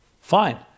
Fine